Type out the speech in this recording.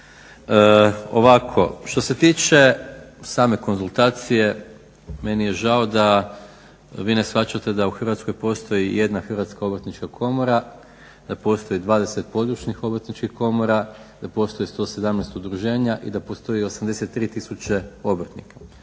Ovako, što se tiče same konzultacije meni je žao da vi ne shvaćate da u Hrvatskoj postoji jedna Hrvatska obrtnička komora da postoji 20 područnih Obrtničkih komora, da postoji 117 udruženja i da postoji 83 tisuće obrtnika.